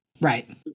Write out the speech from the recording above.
Right